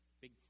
big